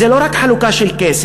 זה לא רק חלוקה של כסף.